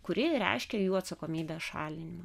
kuri reiškia jų atsakomybės šalinimą